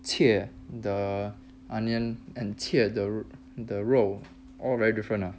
切 the onion and 切 the 肉 all very different ah